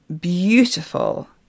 beautiful